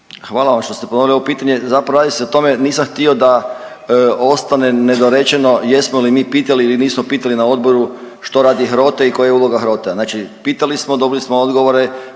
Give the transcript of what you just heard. Hvala vam što ste ponovili ovo pitanje, zapravo radi se o tome nisam htio da ostane nedorečeno jesmo li mi pitali ili nismo pitali na odboru što radi HROTE i koja je uloga HROTE-a. Znači pitali smo dobili smo odgovore,